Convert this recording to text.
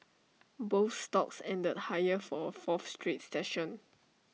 both stocks ended higher for A fourth straight session